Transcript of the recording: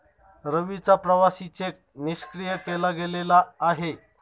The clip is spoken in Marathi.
रवीचा प्रवासी चेक निष्क्रिय केला गेलेला आहे